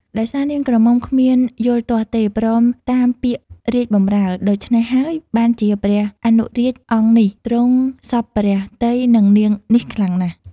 ដោយសារនាងក្រមុំគ្មានយល់ទាស់ទេ ព្រមតាមពាក្យរាជបម្រើ ដូច្នេះហើយបានជាព្រះអនុរាជអង្គនេះ ទ្រង់សព្វព្រះទ័យនឹងនាងនេះខ្លាំងណាស់ ។